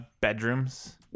bedrooms